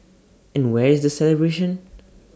and where is the celebration